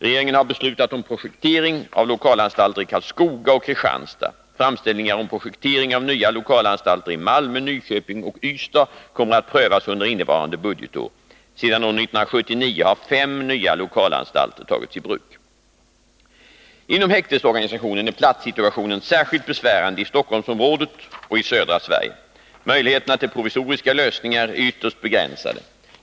Regeringen har beslutat om projektering av lokalanstalter i Karlskoga och Kristianstad. Framställningar om projektering av nya lokalanstalter i Malmö, Nyköping och Ystad kommer att prövas under innevarande budgetår. Sedan år 1979 har fem nya lokalanstalter tagits i bruk. Inom häktesorganisationen är platssituationen särskilt besvärande i Stockholmsområdet och i södra Sverige. Möjligheterna till provisoriska lösningar är ytterst begränsade.